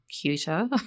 cuter